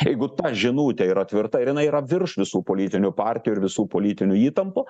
jeigu ta žinutė yra tvirta ir jinai yra virš visų politinių partijų ir visų politinių įtampų